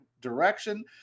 direction